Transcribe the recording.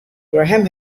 graham